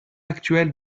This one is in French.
actuel